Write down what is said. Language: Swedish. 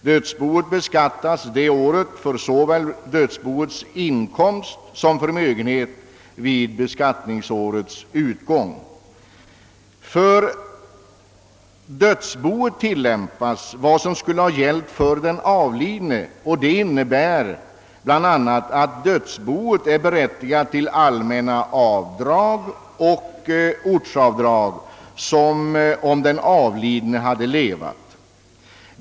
Dödsboet beskattas det året såväl för sin inkomst som förmögenhet vid beskattningsårets utgång. För dödsboet tillämpas därvid samma regler som skulle ha gällt för den avlidne. Detta innebär bl.a. att dödsboet är berättigat till de allmänna avdrag och ortsavdrag som skulle ha tillkommit den avlidne.